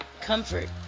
comfort